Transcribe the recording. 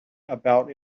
about